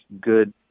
good